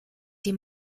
dem